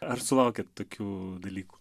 ar sulaukiat tokių dalykų